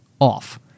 off